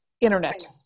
internet